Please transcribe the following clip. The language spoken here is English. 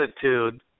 attitude